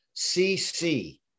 CC